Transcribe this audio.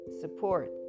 support